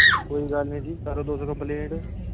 कोई गल्ल निं जी करो तुस कम्पलीट